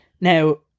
Now